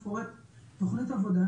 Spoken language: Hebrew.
שמסבירים ומראים ממש תמונות מסך,